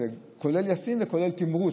כולל יישום וכולל תמריץ,